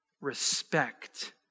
respect